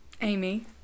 Amy